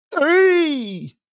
Three